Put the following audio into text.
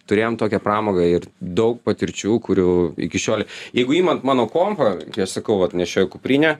turėjom tokią pramogą ir daug patirčių kurių iki šiol jeigu imant mano kompą sakau vat nešioju kuprinę